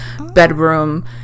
bedroom